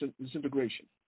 disintegration